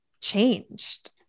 changed